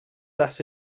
las